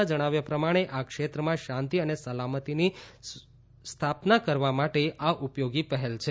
ના જણાવ્યા પ્રમાણે આ ક્ષેત્રમાં શાંતિ અને સલામતીની સ્વાયતા કરવા માટે આ ઉપયોગી પહેલ છે